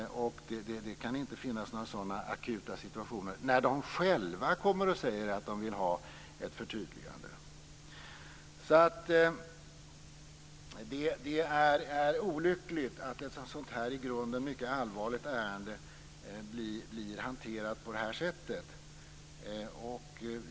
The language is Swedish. Det kan inte finnas några sådana akuta situationer när man själv kommer och säger att man vill ha ett förtydligande. Det är olyckligt att ett i grunden mycket allvarligt ärende blir hanterat på det här sättet.